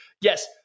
Yes